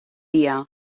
dia